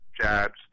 jabs